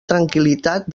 tranquil·litat